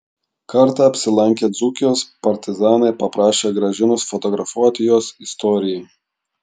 kartą apsilankę dzūkijos partizanai paprašę gražinos fotografuoti juos istorijai